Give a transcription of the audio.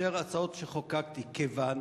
מאשר הצעות שחוקקתי, כיוון